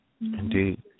indeed